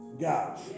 God